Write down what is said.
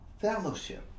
fellowship